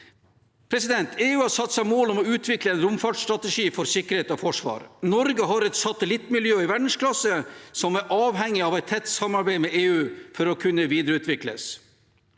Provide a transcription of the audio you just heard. EU har satt seg mål om å utvikle en romfartsstrategi for sikkerhet og forsvar. Norge har et satellittmiljø i verdensklasse som er avhengig av et tett samarbeid med EU for å kunne videreutvikles.